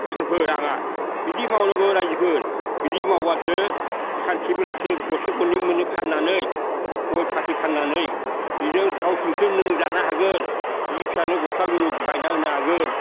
इसोरफोर आंहा बिदि मावनांगौ राइजोफोर बिदि मावब्लासो सानसे बेलासे गरसे गरनै मोनो फाननानै गय फाथै फाननानै बिजों थाव संख्रि नों जानो हागोन बिजो फिसानो गस्ला बायनानै होनो हागोन